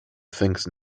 thinks